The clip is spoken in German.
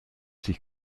sich